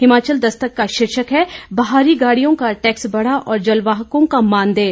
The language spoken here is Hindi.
हिमाचल दस्तक का शीर्षक है बाहरी गाड़ियों का टैक्स बढ़ा और जलवाहकों का मानदेय